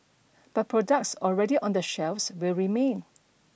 but products already on the shelves will remain